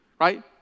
right